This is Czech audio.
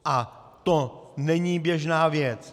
A to není běžná věc.